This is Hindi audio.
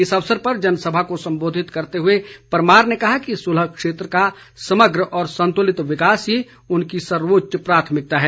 इस अवसर पर जनसभा को संबोधित करते हुए परमार ने कहा कि सुलह क्षेत्र का समग्र और संतुलित विकास ही उनकी सर्वोच्च प्राथमिकता है